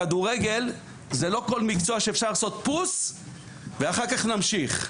כדורגל זה לא כל מקצוע שאפשר לעשות פוס ואחר כך נמשיך.